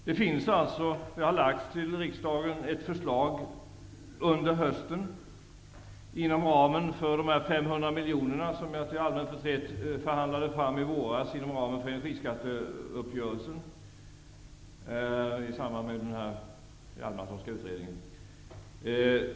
Ett förslag har alltså förelagts riksdagen under hösten inom ramen för de 500 miljoner som jag, till allmän förtret, förhandlade fram i våras inom ramen för energiskatteuppgörelsen i samband med den Hjalmarsonska utredningen.